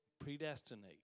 predestinate